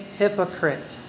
hypocrite